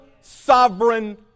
sovereign